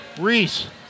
Reese